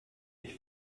mich